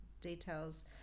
details